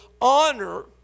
honor